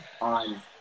on